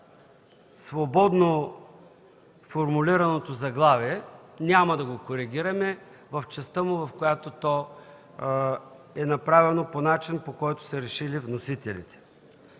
свободно формулираното заглавие. Няма да го коригираме в частта му, в която то е направено по начин, по който са решили вносителите.